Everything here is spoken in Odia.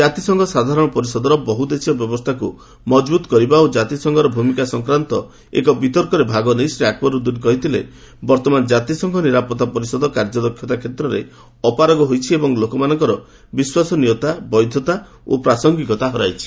ଜାତିସଂଘ ସାଧାରଣ ପରିଷଦର ବହୁଦେଶୀୟ ବ୍ୟବସ୍ଥାକୁ ମଜବୁତ୍ କରିବା ଓ ଜାତିସଂଘର ଭୂମିକା ସଂକ୍ରାନ୍ତ ଏକ ବିତର୍କରେ ଭାଗ ନେଇ ଶ୍ରୀ ଆକବରୁଦ୍ଦିନ୍ କହିଥିଲେ ବର୍ତ୍ତମାନ କାତିସଂଘ ନିରାପତ୍ତା ପରିଷଦ କାର୍ଯ୍ୟଦକ୍ଷତା କ୍ଷେତ୍ରରେ ଅପାରଗ ହୋଇଛି ଏବଂ ଲୋକମାନଙ୍କର ବିଶ୍ୱସନୀୟତା ବୈଧତା ଓ ପ୍ରାସଙ୍ଗିକତା ହରାଇଛି